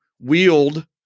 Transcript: wield